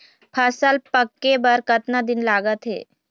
फसल पक्के बर कतना दिन लागत हे?